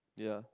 yeah